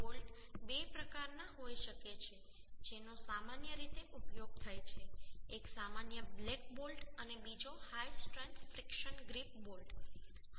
bolt બે પ્રકારના હોઈ શકે છે જેનો સામાન્ય રીતે ઉપયોગ થાય છે એક સામાન્ય બ્લેક બોલ્ટ અને બીજો high strength friction grip bolt છે